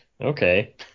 Okay